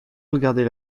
regarder